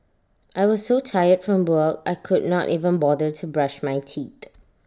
I was so tired from work I could not even bother to brush my teeth